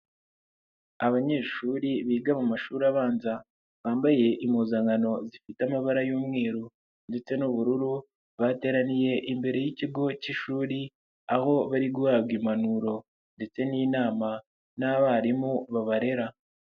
Abanyeshuri biga mu mashuri abanza bambaye impuzankano zifite amabara y'umweru ndetse n'ubururu, bateraniye imbere y'ikigo k'ishuri aho bari guhabwa impanuro ndetse n'inama n'abarimu babarera.